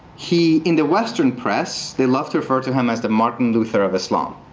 he, in the western press, they love to refer to him as the martin luther of islam.